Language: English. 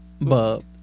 bub